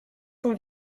son